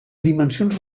dimensions